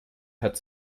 hat